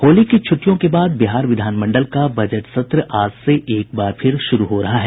होली की छुट्टियों के बाद बिहार विधानमंडल का बजट सत्र आज से एक बार फिर शुरू हो रहा है